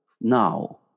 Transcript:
now